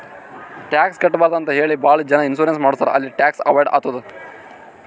tax ಕಟ್ಬಾರ್ದು ಅಂತೆ ಭಾಳ ಜನ ಇನ್ಸೂರೆನ್ಸ್ ಮಾಡುಸ್ತಾರ್ ಅಲ್ಲಿ ಟ್ಯಾಕ್ಸ್ ಅವೈಡ್ ಆತ್ತುದ್